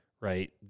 Right